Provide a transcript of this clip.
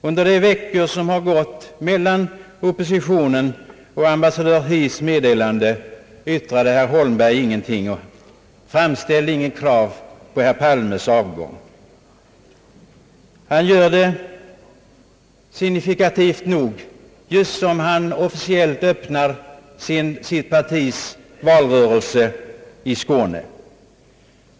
Under de veckor som har gått mellan demonstrationen och ambassadör Heaths meddelande teg herr Holmberg. Han framställde inget krav på herr Palmes avgång. Han gör det signifikativt nog just som han officiellt öppnar sitt partis valrörelse i Skåne.